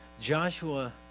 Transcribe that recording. Joshua